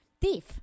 thief